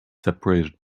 separated